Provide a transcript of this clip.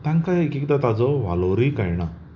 तांका एक एकदां ताचो वालोरूय कळना